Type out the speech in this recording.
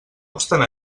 obstant